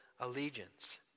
allegiance